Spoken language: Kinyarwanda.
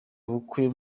ubukwe